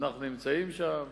אנחנו נמצאים שם.